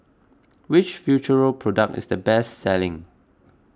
which Futuro product is the best selling